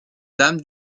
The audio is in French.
dame